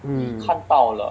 hmm